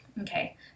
Okay